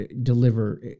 deliver